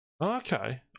Okay